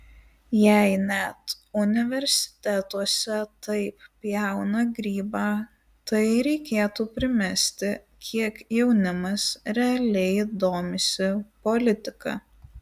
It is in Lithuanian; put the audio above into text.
jei net universitetuose taip pjauna grybą tai reikėtų primesti kiek jaunimas realiai domisi politika